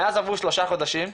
מאז עברו שלושה חודשים,